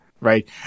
right